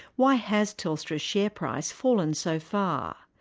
why has telstra's share price fallen so far?